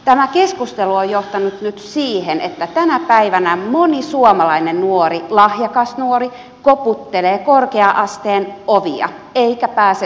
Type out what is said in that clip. tämä keskustelu on johtanut nyt siihen että tänä päivänä moni suomalainen nuori lahjakas nuori koputtelee korkea asteen ovia eikä pääse sisälle